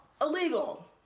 Illegal